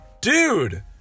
dude